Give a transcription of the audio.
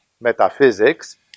metaphysics